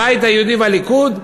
הבית היהודי והליכוד,